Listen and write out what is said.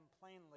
plainly